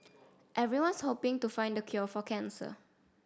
everyone's hoping to find the cure for cancer